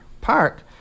Park